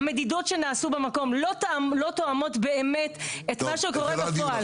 המדידות שנעשו במקום לא תואמות באמת את מה שקורה בפועל.